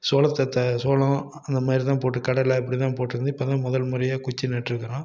சோளத்தத்தை சோளம் அந்த மாதிரி தான் போட்டு கடலை இப்படி தான் போட்டுருந்து இப்போது தான் முதல் முறையாக குச்சி நட்டுருக்கிறோம்